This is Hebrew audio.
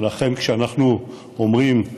ולכן כשאנחנו אומרים: